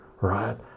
right